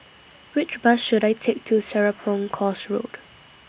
Which Bus should I Take to Serapong Course Road